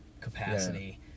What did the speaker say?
capacity